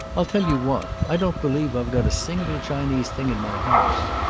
i'll tell you what, i don't believe i've got a single chinese thing in my house.